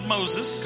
Moses